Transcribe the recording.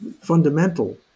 fundamental